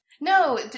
no